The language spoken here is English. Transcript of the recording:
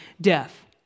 death